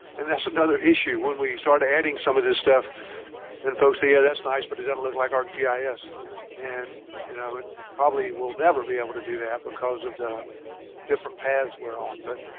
and that's another issue when we started adding some of this stuff then folks say, yeah that's nice, but it doesn't look like arcgis and you know, it probably will never be able to do that because of the different paths. we're on but